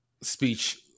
speech